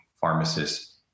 pharmacists